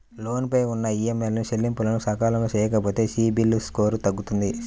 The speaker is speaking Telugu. లోను పైన ఉన్న ఈఎంఐల చెల్లింపులను సకాలంలో చెయ్యకపోతే సిబిల్ స్కోరు తగ్గుతుంది